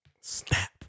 Snap